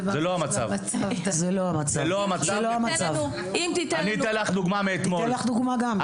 אתן לך דוגמה מאתמול.